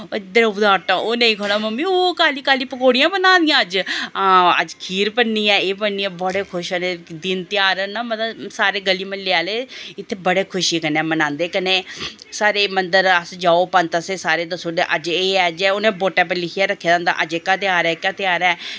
दरेऊ दा आ़टा ओह् नेईं खाना मम्मी काली काली पकौड़ियां बना दियां अज्ज हां अज्ज खीर बननी ऐ हां बड़े खुश जेह्ड़े दिन ध्योहार न सारे गली म्ह्ल्ले आह्लेइत्थें बड़े खुशी कन्नै बनांदे कन्नै सारे मन्दर पंत असेंगी दस्सी ओड़दे अज्ज एह् ऐ अज्ज एह् ऐ उनैं बोटै पर लिखियै रक्खे दा होंदा अज्ज एह्का ध्योहार ऐ एह्का ध्योहार ऐ